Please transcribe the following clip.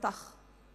אותך,